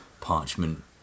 parchment